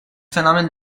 fenomen